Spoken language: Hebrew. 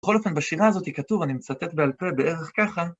בכל אופן, בשירה הזאתי כתוב, אני מצטט בעל פה בערך ככה,